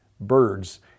birds